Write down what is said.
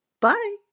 Bye